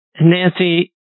Nancy